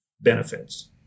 benefits